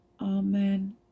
Amen